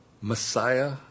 Messiah